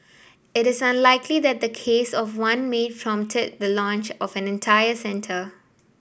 it is unlikely that the case of one maid prompted the launch of an entire centre